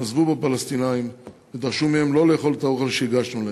נזפו בפלסטינים ודרשו מהם לא לאכול את האוכל שהגשנו להם.